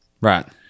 Right